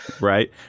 right